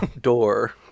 door